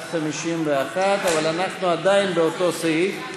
אבל אנחנו עדיין באותו סעיף.